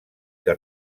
que